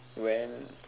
when